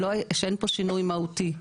שאין פה שינוי מהותי.